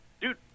dude